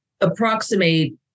approximate